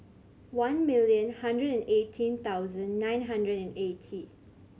one million hundred and eighteen thousand nine hundred and eighty